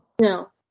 No